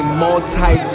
multi